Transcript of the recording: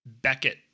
Beckett